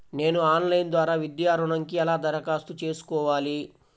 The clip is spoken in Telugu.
నేను ఆన్లైన్ ద్వారా విద్యా ఋణంకి ఎలా దరఖాస్తు చేసుకోవాలి?